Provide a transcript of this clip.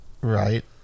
Right